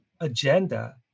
agenda